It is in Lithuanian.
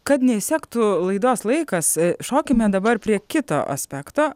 kad neišsektų laidos laikas šokime dabar prie kito aspekto